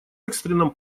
экстренном